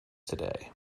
today